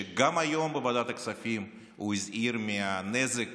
שגם היום בוועדת הכספים הוא הזהיר מהנזק